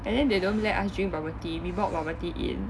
and then they don't let us drink bubble tea we bought bubble tea in